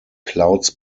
clouds